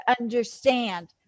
understand